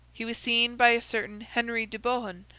he was seen by a certain henry de bohun,